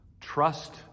Trust